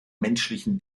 menschlichen